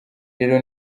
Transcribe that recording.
rero